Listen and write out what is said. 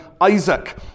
Isaac